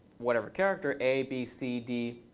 whatever character, a, b, c, d,